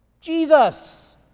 Jesus